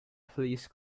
police